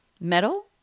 Metal